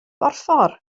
borffor